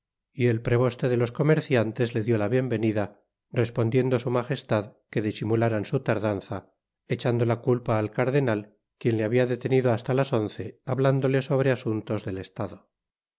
y el preboste de los comerciantes le dió la bienvenida respondiendo su majestad que disimuláran su tardanza echando la culpa al cardenal quien le habia detenido hasta las once hablándole sobre asuntos del estado